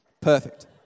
Perfect